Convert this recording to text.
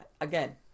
Again